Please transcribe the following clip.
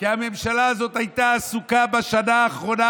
כי הממשלה הזאת הייתה עסוקה בשנה האחרונה,